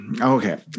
Okay